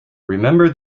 remember